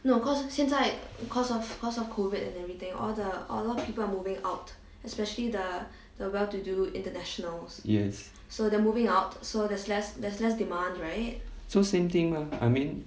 yes so same thing mah